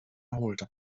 erholte